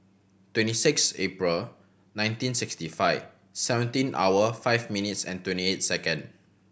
twenty six April nineteen sixty five seventeen hour five minutes and twenty eight second